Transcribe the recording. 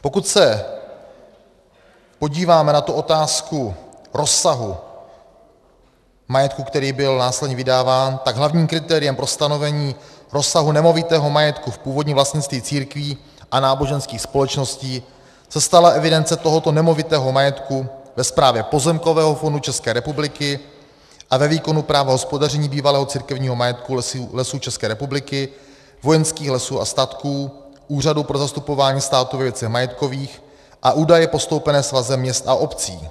Pokud se podíváme na otázku rozsahu majetku, který byl následně vydáván, tak hlavním kritériem pro stanovení rozsahu nemovitého majetku v původním vlastnictví církví a náboženských společností se stala evidence tohoto nemovitého majetku ve správě Pozemkového fondu České republiky a ve výkonu práva hospodaření bývalého církevního majetku Lesů České republiky, Vojenských lesů a statků, Úřadu pro zastupování státu ve věcech majetkových a údaje postoupené Svazem měst a obcí.